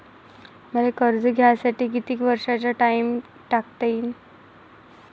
मले कर्ज घ्यासाठी कितीक वर्षाचा टाइम टाकता येईन?